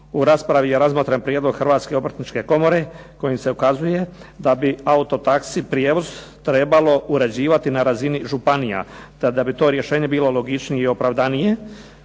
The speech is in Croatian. U raspravi je razmotren prijedlog Hrvatske obrtničke komore kojim se ukazuje da bi auto taxi prijevoz trebalo uređivati na razini županija te da bi to rješenje logičnije i opravdanije.